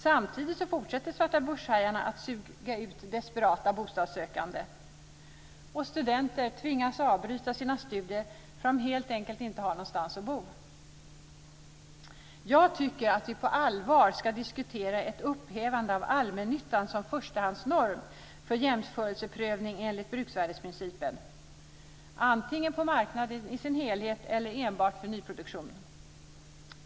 Samtidigt fortsätter svartabörshajarna att suga ut desperata bostadssökande. Studenter tvingas avbryta sina studier därför att de helt enkelt inte har någonstans att bo. Jag tycker att vi på allvar ska diskutera ett upphävande av allmännyttan som förstahandsnorm för jämförelseprövning enligt bruksvärdesprincipen, antingen på marknaden i dess helhet eller enbart för nyproduktionen.